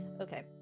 Okay